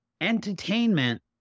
Entertainment